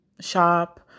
shop